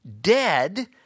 dead